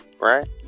right